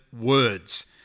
words